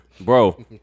bro